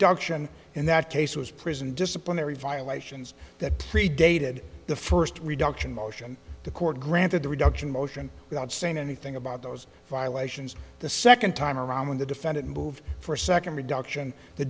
doctrine in that case was prison disciplinary violations that predated the first reduction motion the court granted the reduction motion without saying anything about those violations the second time around when the defendant moved for a second reduction the